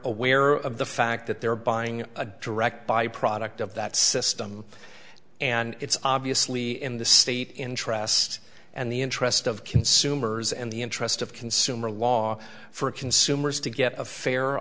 aware of the fact that they're buying a direct by product of that system and it's obviously in the state interest and the interest of consumers and the interest of consumer law for consumers to get a fair